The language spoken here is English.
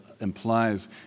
implies